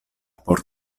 por